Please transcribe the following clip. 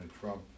Trump